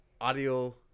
audio